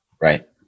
Right